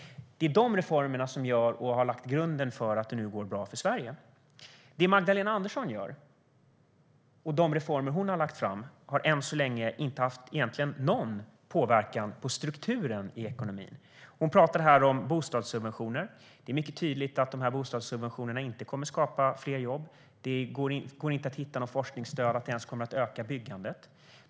Det är de reformerna som har lagt grunden för att det nu går bra för Sverige. Magdalena Anderssons reformer har än så länge inte haft någon påverkan på strukturen i ekonomin. Hon pratar här om bostadssubventioner. Det är mycket tydligt att bostadssubventionerna inte kommer att skapa fler jobb. Det går inte att hitta något forskningsstöd för att de kommer att öka byggandet.